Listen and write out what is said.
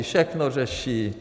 Všechno řeší.